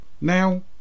Now